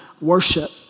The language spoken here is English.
Worship